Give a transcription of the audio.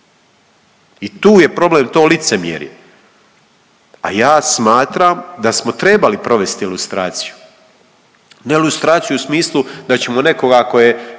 I tu je problem to licemjerje, a ja smatram da smo trebali provesti lustraciju, ne lustraciju u smislu da ćemo nekoga tko je